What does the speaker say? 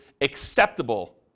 acceptable